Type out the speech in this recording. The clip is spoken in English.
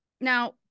Now